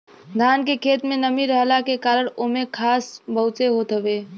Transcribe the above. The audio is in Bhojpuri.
धान के खेत में नमी रहला के कारण ओमे घास बहुते होत हवे